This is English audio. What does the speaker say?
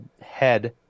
head